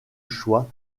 choix